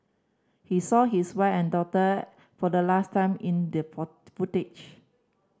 he saw his wife and daughter for the last time in the for footage